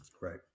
Right